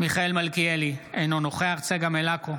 מיכאל מלכיאלי, אינו נוכח צגה מלקו,